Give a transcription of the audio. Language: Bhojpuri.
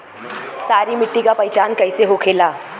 सारी मिट्टी का पहचान कैसे होखेला?